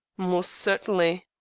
most certainly.